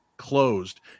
Closed